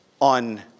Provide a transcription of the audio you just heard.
on